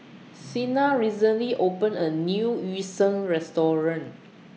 Sienna recently opened A New Yu Sheng Restaurant